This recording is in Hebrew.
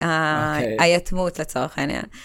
היתמות לצורך העניין.